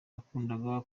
nakundaga